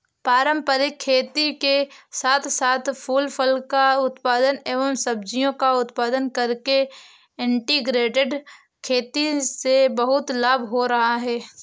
पारंपरिक खेती के साथ साथ फूल फल का उत्पादन एवं सब्जियों का उत्पादन करके इंटीग्रेटेड खेती से बहुत लाभ हो रहा है